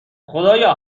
خدایا